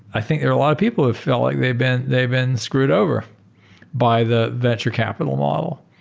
i think a lot of people have felt like they've been they've been screwed over by the venture capital model,